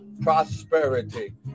prosperity